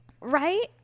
right